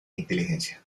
inteligencia